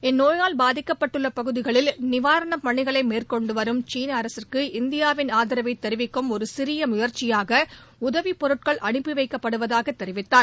இந்நோயால் பாதிக்கப்பட்டுள்ள பகுதிகளில் நிவாரண பணிகளை மேற்கொண்டு வரும் சீன அரசுக்கு இந்தியாவின் ஆதரவை தெரிவிக்கும் ஒரு சிறிய முயற்சியாக உதவிப் பொருட்கள் அனுப்பி வைக்கப்படுவதாக தெரிவித்தார்